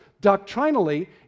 doctrinally